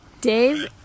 Dave